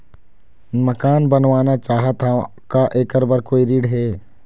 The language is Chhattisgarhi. मकान बनवाना चाहत हाव, का ऐकर बर कोई ऋण हे?